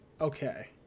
Okay